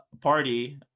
party